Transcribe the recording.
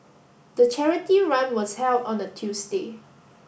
the charity run was held on a Tuesday